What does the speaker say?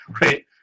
right